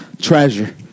treasure